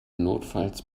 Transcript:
notfalls